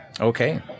Okay